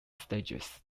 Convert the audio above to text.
stages